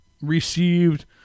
received